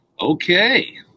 Okay